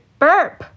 burp